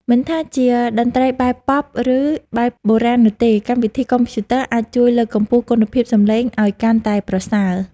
មិនថាជាតន្ត្រីបែបប៉ុប ឬ បែបបុរាណនោះទេ កម្មវិធីកុំព្យូទ័រអាចជួយលើកកម្ពស់គុណភាពសំឡេងឱ្យកាន់តែប្រសើរ។